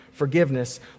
forgiveness